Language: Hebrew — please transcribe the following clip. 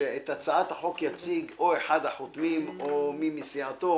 שאת הצעת החוק יציג אחד החותמים או ממי מסיעתו